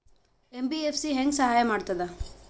MBFC ಹೆಂಗ್ ಸಹಾಯ ಮಾಡ್ತದ?